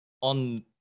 On